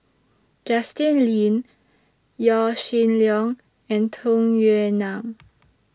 Justin Lean Yaw Shin Leong and Tung Yue Nang